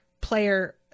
player